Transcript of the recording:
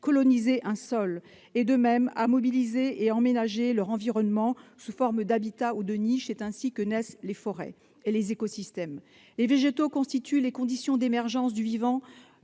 coloniser un sol, de mobiliser et d'aménager leur environnement sous forme d'habitat ou de niche ; c'est ainsi que naissent les forêts et les écosystèmes. Les végétaux constituent les conditions d'émergence du vivant